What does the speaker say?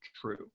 true